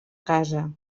casa